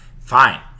fine